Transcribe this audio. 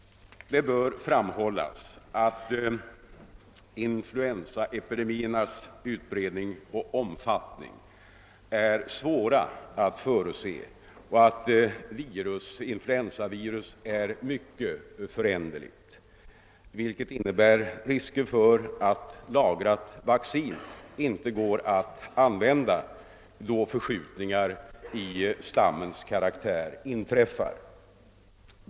Det bör framhållas att influensaepidemiernas utbredning och omfattning är svåra att förutse och att influensavirus är mycket föränderligt, vilket innebär risker för att lagrat vaccin inte går att använda, då förskjutningar i stammens karaktär inträffar.